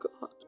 God